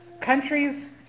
Countries